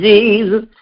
Jesus